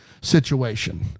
situation